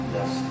Yes